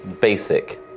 Basic